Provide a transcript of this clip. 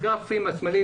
בגרפים השמאליים,